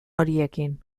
horiekin